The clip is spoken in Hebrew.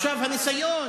הניסיון